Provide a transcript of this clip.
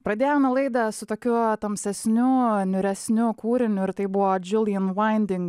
pradėjome laida su tokiu tamsesniu niūresniu kūriniu ir tai buvo